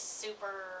super